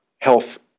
health